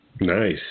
nice